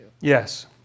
Yes